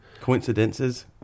Coincidences